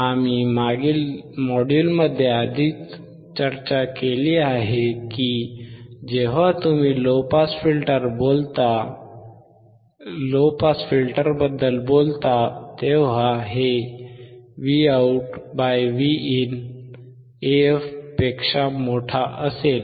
आम्ही मागील मॉड्यूलमध्ये आधीच चर्चा केली आहे की जेव्हा तुम्ही लो पास फिल्टरबद्दल बोलता तेव्हा हे VoutVin AF पेक्षा मोठे असेल